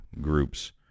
groups